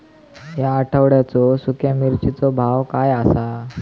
या आठवड्याचो सुख्या मिर्चीचो भाव काय आसा?